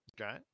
Okay